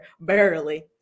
Barely